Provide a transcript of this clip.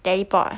teleport ah